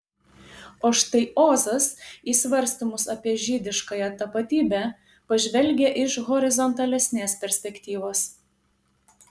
o štai ozas į svarstymus apie žydiškąją tapatybę pažvelgia iš horizontalesnės perspektyvos